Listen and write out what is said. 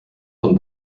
von